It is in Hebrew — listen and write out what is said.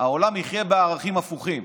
העולם יחיה בערכים הפוכים: